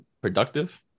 Productive